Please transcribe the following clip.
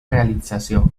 realització